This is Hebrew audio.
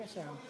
600 יש בירח.